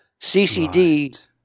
CCD